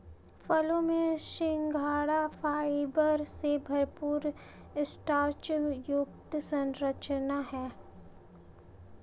फलों में सिंघाड़ा फाइबर से भरपूर स्टार्च युक्त संरचना है